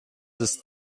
ist